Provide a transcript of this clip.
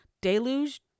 deluge